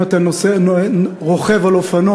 אם אתה רוכב על אופנוע,